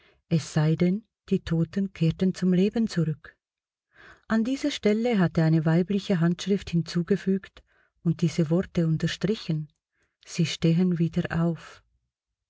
es sei denn die toten kehrten zum leben zurück an dieser stelle hatte eine weibliche handschrift hinzugefügt und diese worte unterstrichen sie stehen wieder auf